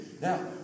Now